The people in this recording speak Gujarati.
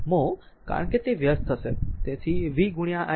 તેથી v i 30 6